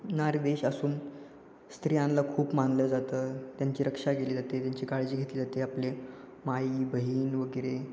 नारीदेश असून स्त्रियांला खूप मानलं जातं त्यांची रक्षा केली जाते त्यांची काळजी घेतली जाते आपले आई बहीण वगैरे